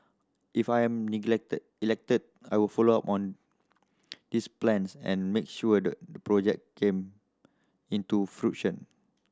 if I'm elected I will follow on these plans and make sure the project came into fruition